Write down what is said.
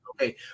okay